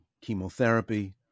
chemotherapy